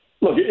Look